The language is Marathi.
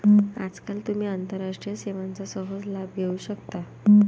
आजकाल तुम्ही आंतरराष्ट्रीय सेवांचा सहज लाभ घेऊ शकता